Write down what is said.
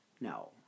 No